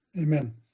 Amen